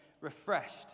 refreshed